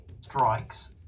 strikes